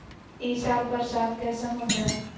ई साल बरसात कैसन होतय?